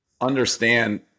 understand